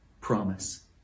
promise